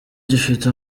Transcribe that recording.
gifite